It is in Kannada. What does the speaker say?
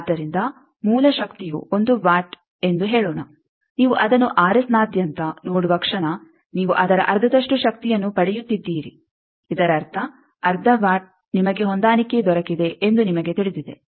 ಆದ್ದರಿಂದ ಮೂಲ ಶಕ್ತಿಯು ಒಂದು ವಾಟ್ ಎಂದು ಹೇಳೋಣ ನೀವು ಅದನ್ನು ನಾದ್ಯಂತ ನೋಡುವ ಕ್ಷಣ ನೀವು ಅದರ ಅರ್ಧದಷ್ಟು ಶಕ್ತಿಯನ್ನು ಪಡೆಯುತ್ತಿದ್ದೀರಿ ಇದರರ್ಥ ಅರ್ಧ ವಾಟ್ನಿಮಗೆ ಹೊಂದಾಣಿಕೆ ದೊರಕಿದೆ ಎಂದು ನಿಮಗೆ ತಿಳಿದಿದೆ